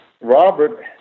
Robert